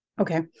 Okay